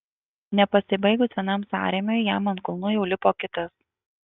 nepasibaigus vienam sąrėmiui jam ant kulnų jau lipo kitas